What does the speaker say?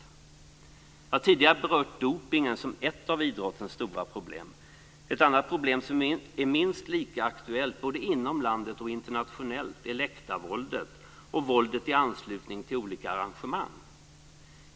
Jag har tidigare berört dopningen som ett av idrottens stora problem. Ett annat problem som är minst lika aktuellt både inom landet och internationellt är läktarvåldet och våldet i anslutning till olika arrangemang.